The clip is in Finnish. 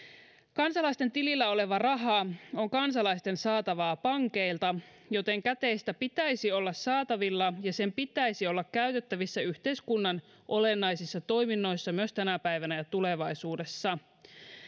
kansalaisten tilillä oleva raha on kansalaisten saatavaa pankeilta joten käteistä pitäisi olla saatavilla ja sen pitäisi olla käytettävissä yhteiskunnan olennaisissa toiminnoissa tänä päivänä ja myös tulevaisuudessa